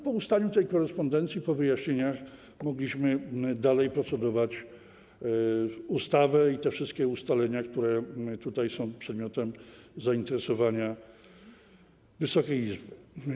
Po ustaniu tej korespondencji i po wyjaśnieniach mogliśmy dalej procedować nad ustawą i tymi wszystkimi ustaleniami, które są przedmiotem zainteresowania Wysokiej Izby.